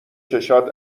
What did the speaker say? چشات